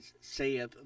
saith